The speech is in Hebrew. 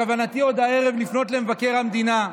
בכוונתי עוד הערב לפנות למבקר המדינה.